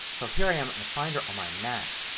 so here i am on the finder on my mac.